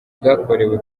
bwakorewe